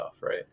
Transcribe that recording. Right